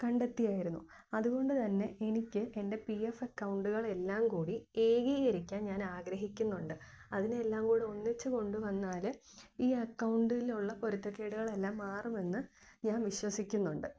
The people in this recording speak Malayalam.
കണ്ടെത്തിയായിരുന്നു അതുകൊണ്ട് തന്നെ എനിക്ക് എന്റെ പി എഫെക്കൗണ്ടുകളെല്ലാങ്കൂടി ഏകീകരിക്കാൻ ഞാൻ ആഗ്രഹിക്കുന്നുണ്ട് അതിനെ എല്ലാങ്കൂടൊന്നിച്ച് കൊണ്ടുവന്നാല് ഈ അക്കൗണ്ടിലുള്ള പൊരുത്തക്കേടുകളെല്ലാം മാറുമെന്ന് ഞാൻ വിശ്വസിക്കുന്നുണ്ട്